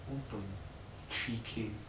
one point three k